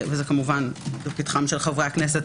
זה לפתחכם של חברי הכנסת,